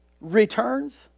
returns